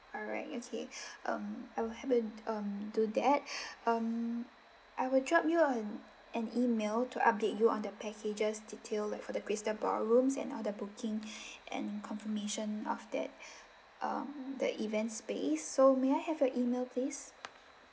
alright okay um I will have uh um do that um I will drop you an an email to update you on the packages detail like for the crystal ballrooms and all the booking and confirmation of that uh the event space so may I have your email please